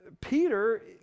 Peter